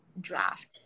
draft